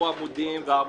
עמודים.